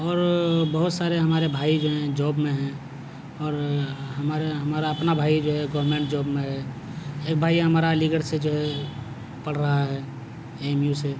اور بہت سارے ہمارے بھائی جو ہیں جوب میں ہیں اور ہمارا ہمارا اپنا بھائی جو ہے گورنمنٹ جوب میں ہے ایک بھائی ہمارا علی گڑھ سے جو ہے پڑھ رہا ہے اے ایم یو سے